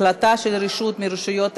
החלטה של רשות מרשויות האזור),